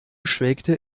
schwelgte